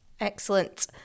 excellent